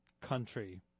country